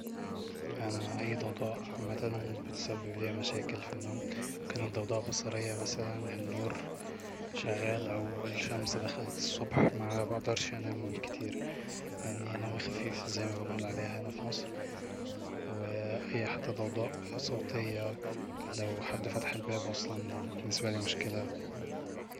أنا اي ضوضاء عامة بتسببلي مشاكل في النوم لو كانت ضوضاء بصرية مثلا زي النور شغال أو الشمس دخلت الصبح ما بقدرش انام كتير لاني نومي خفيف زي ما بنقول عليها هنا في مصر و اي حتى ضوضاء صوتية لو حد فتح الباب اصلا بالنسبالي مشكلة